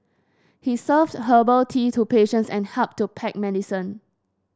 he served herbal tea to patients and helped to pack medicine